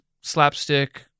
slapstick